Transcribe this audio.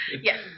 Yes